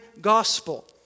gospel